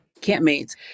campmates